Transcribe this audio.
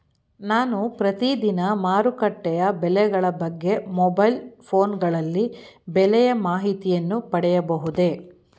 ನಾನು ಪ್ರತಿದಿನ ಮಾರುಕಟ್ಟೆಯ ಬೆಲೆಗಳ ಬಗ್ಗೆ ಮೊಬೈಲ್ ಫೋನ್ ಗಳಲ್ಲಿ ಬೆಲೆಯ ಮಾಹಿತಿಯನ್ನು ಪಡೆಯಬಹುದೇ?